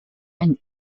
and